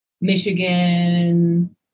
Michigan